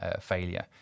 failure